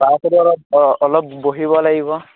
তাৰপিছতে অলপ অলপ বহিব লাগিব